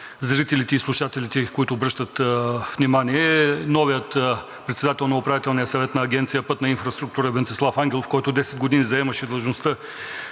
зрителите и слушателите, които обръщат внимание. Новият председател на Управителния съвет на Агенция „Пътна инфраструктура“ Венцислав Ангелов, който 10 години заемаше длъжността